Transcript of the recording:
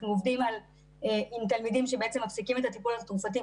אנחנו עובדים עם תלמידים שמפסיקים את הטיפול התרופתי,